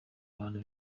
abantu